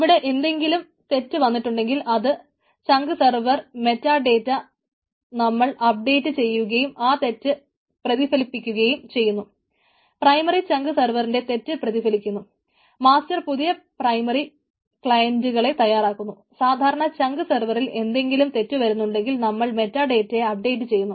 ഇവിടെ എന്തെങ്കിലും തെറ്റു വന്നിട്ടുണ്ടെങ്കിൽ ചങ്ക് സർവർ ചെയ്യുന്നു